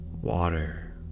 Water